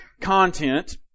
content